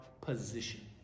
position